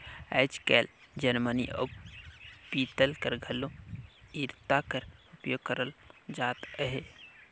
आएज काएल जरमनी अउ पीतल कर घलो इरता कर उपियोग करल जात अहे